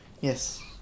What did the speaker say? Yes